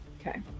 Okay